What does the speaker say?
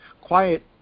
quiet